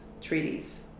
treaties